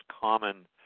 common